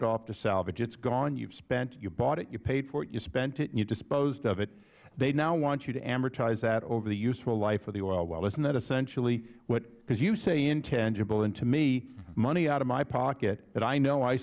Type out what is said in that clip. it off to salvage it's gone you've spent you bought it you paid for it you spent it and you disposed of it they now want you to amortize that over the useful life of the oil well isn't that essentially what because you say intangible and to me money out of my pocket that i know i